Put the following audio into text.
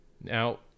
Now